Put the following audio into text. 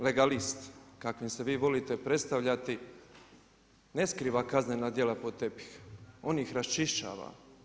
Legalist kakvim se vi volite predstavati ne skriva kaznena djela pod tepih, on ih raščišćava.